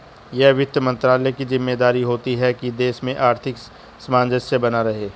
यह वित्त मंत्रालय की ज़िम्मेदारी होती है की देश में आर्थिक सामंजस्य बना रहे